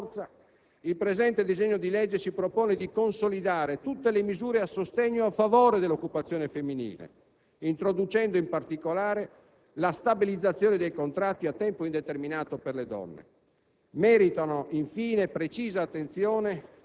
Ma ancora (e credo che ciò vada segnalato con forza), il presente disegno di legge si propone di consolidare tutte le misure a sostegno e a favore dell'occupazione femminile, introducendo in particolare la stabilizzazione dei contratti a tempo indeterminato per le donne.